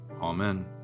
Amen